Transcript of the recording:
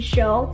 Show